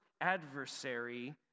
adversary